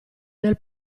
nel